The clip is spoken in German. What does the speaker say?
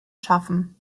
schaffen